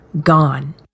gone